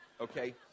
Okay